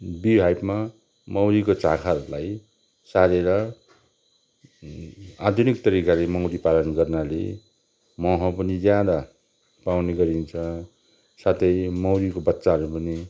be हाइभमा मौरीको चाखाहरूलाई सारेर आधुनिक तरिकाले मौरी पालन गर्नाले मह पनि ज्यादा पाउने गरिन्छ साथै मौरीको बच्चाहरू पनि